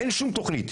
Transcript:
אין שום תוכנית.